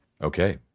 Okay